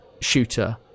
shooter